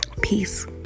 peace